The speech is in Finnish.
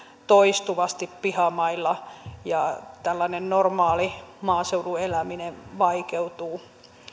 toistuvasti pihamailla ja tällainen normaali maaseudun eläminen vaikeutuu